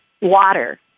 water